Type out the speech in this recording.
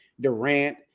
Durant